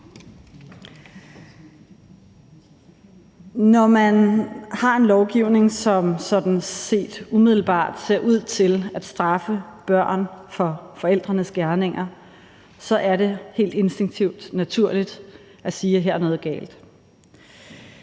Når man har en lovgivning, som sådan set umiddelbart ser ud til at straffe børn for forældrenes gerninger, er det helt instinktivt naturligt at sige, at her er noget galt.